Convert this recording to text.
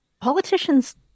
Politicians